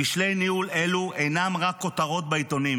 כשלי ניהול אלו אינם רק כותרות בעיתונים